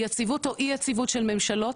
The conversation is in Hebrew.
יציבות או אי יציבות של ממשלות,